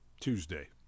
Tuesday